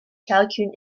callicoon